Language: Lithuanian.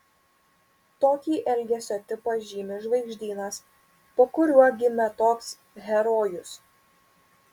tokį elgesio tipą žymi žvaigždynas po kuriuo gimė toks herojus